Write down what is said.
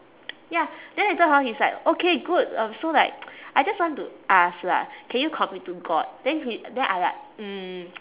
ya then later hor he's like okay good um so like I just want to ask lah can you commit to god then he then I like mm